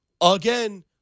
again